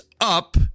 up